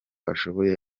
ashoboye